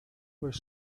were